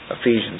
Ephesians